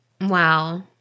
wow